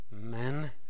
men